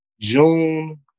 June